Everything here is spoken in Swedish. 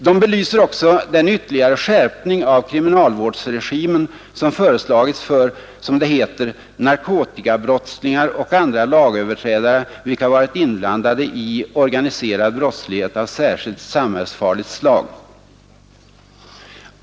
De belyser också den ytterligare skärpning av kriminalvårdsregimen som föreslagits för ”narkotikabrottslingar och andra lagöverträdare som varit inblandade i organiserad brottslighet av särskilt samhällsfarligt slag”.